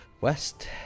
West